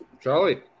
Charlie